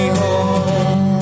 home